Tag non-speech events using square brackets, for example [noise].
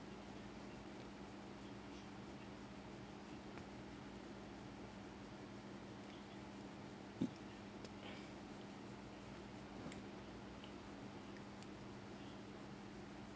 [noise]